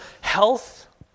health